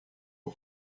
por